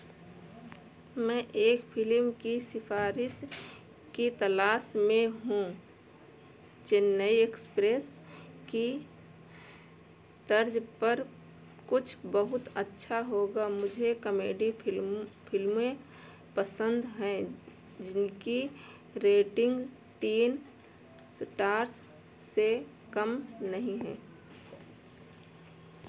मैं एक फिलिम की सिफ़ारिश की तलाश में हूँ चेन्नई एक्सप्रेस की तर्ज पर कुछ बहुत अच्छा होगा मुझे कमेडी फिल्में पसंद हैं जिनकी रेटिंग तीन सटार्स से कम नहीं है